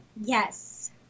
Yes